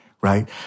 right